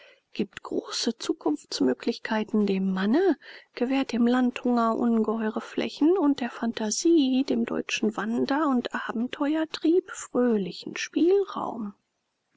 gibt große zukunftsmöglichkeiten dem manne gewährt dem landhunger ungeheure flächen und der phantasie dem deutschen wander und abenteurertrieb fröhlichen spielraum